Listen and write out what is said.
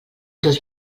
dos